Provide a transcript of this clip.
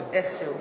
איכשהו.